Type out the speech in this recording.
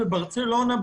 בברצלונה,